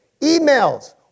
emails